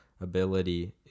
ability